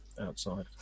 outside